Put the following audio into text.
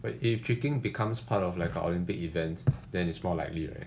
but if tricking becomes part of like a Olympic event than it's more likely